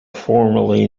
formally